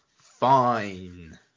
fine